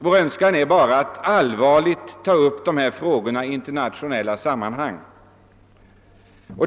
Vår önskan är bara att dessa frågor allvarligt tas upp i internationella sammanhang.